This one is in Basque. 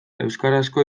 euskarazko